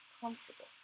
comfortable